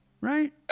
right